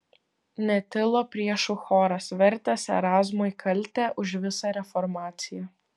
netilo priešų choras vertęs erazmui kaltę už visą reformaciją